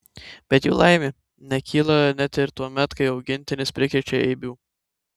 bet jų laimė nekyla net ir tuomet kai augintinis prikrečia eibių